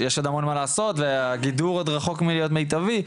יש עוד המון מה לעשות והגידור עוד רחוק מלהיות מיטבי,